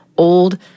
Old